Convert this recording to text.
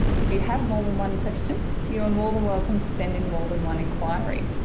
if you have more than one question you are more than welcome to send in more than one enquiry.